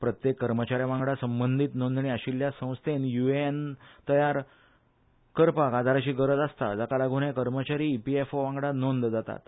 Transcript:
दरेक कर्मचाऱ्या वांगडा संबंदीत नोंदणी आशिल्ले संस्थेंत युएएन तयार करपाक आदाराची गरज आसता जाका लागून हे कर्मचारी ईपीएफओ वांगडा नोंद जातात